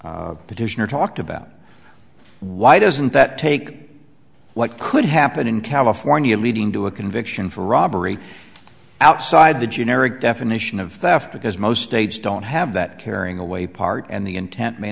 petitioner talked about why doesn't that take what could happen in california leading to a conviction for robbery outside the generic definition of theft because most states don't have that carrying away part and the intent may